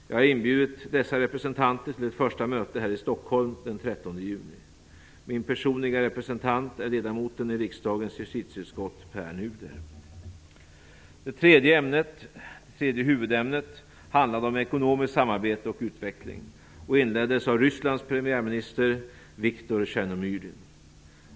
Jag har inbjudit dessa representanter till ett första möte här i Stockholm den 13 juni. Min personliga representant är ledamoten i riksdagens justitieutskott Det tredje huvudämnet handlade om ekonomiskt samarbete och utveckling. Det inleddes av Rysslands premiärminister Viktor Tjernomyrdin.